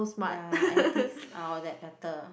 ya antiques uh all that better